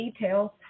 details